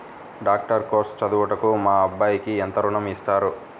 Doctor course చదువుటకు మా అబ్బాయికి ఎంత ఋణం ఇస్తారు?